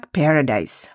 paradise